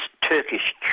turkish